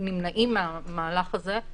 נמנעים מהמהלך הזה,